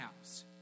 house